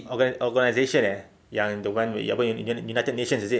organ~ organisations eh yang the one with apa united nations is it